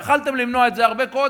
יכולתם למנוע את זה הרבה קודם.